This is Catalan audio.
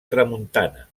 tramuntana